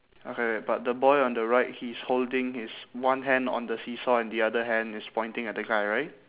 okay but the boy on the right he's holding his one hand on the seesaw and the other hand is pointing at the guy right